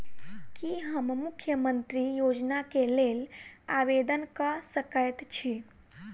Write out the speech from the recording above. की हम मुख्यमंत्री योजना केँ लेल आवेदन कऽ सकैत छी?